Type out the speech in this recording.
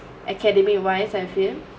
academy wise and fame